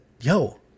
yo